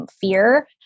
fear